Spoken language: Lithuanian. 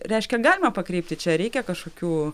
reiškia galima pakreipti čia reikia kažkokių